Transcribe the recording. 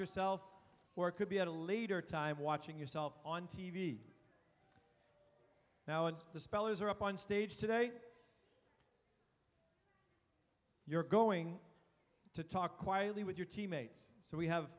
yourself or could be at a later time watching yourself on t v now and the spellers are up on stage today you're going to talk quietly with your team mates so we have